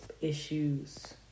issues